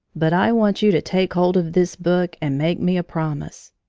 but i want you to take hold of this book and make me a promise.